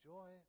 Joy